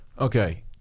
Okay